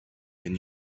and